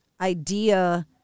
idea